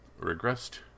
regressed